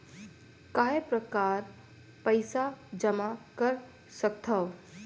काय प्रकार पईसा जमा कर सकथव?